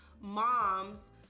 moms